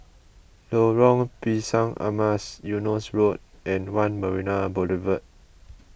Lorong Pisang Emas Eunos Road and one Marina Boulevard